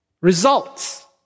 results